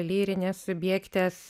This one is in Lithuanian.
lyrinės subjektės